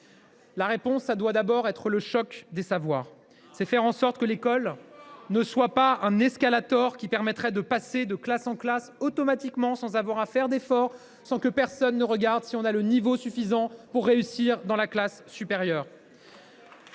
La réponse doit d’abord être le choc des savoirs. Il faut faire en sorte que l’école ne soit pas un escalator permettant aux élèves de passer de classe en classe automatiquement, sans avoir à fournir d’efforts, sans que personne vérifie s’ils ont le niveau suffisant pour réussir dans la classe supérieure.